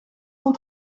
cent